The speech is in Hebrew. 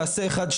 תעשה אחד,